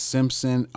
Simpson